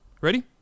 ready